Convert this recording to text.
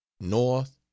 north